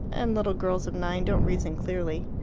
and little girls of nine don't reason clearly.